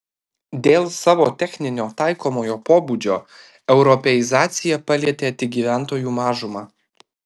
dėl savo techninio taikomojo pobūdžio europeizacija palietė tik gyventojų mažumą